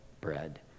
bread